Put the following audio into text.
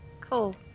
Cool